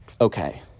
okay